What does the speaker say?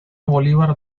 bolívar